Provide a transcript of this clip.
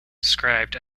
described